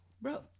Bro